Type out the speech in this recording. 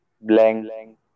blank